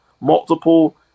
multiple